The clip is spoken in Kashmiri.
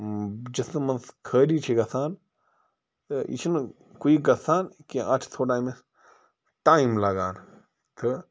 جِسمہٕ منٛز خٲرِج چھِ گَژھان تہٕ یہِ چھُنہٕ کُیِک گَژھان کینٛہہ اَتھ چھِ تھوڑا أمِس ٹایِم لَگان تہٕ